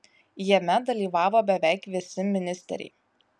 jame dalyvavo beveik visi ministeriai